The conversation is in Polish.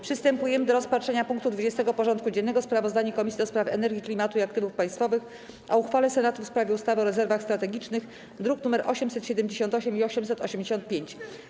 Przystępujemy do rozpatrzenia punktu 20. porządku dziennego: Sprawozdanie Komisji do Spraw Energii, Klimatu i Aktywów Państwowych o uchwale Senatu w sprawie ustawy o rezerwach strategicznych (druki nr 878 i 885)